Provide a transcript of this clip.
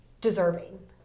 deserving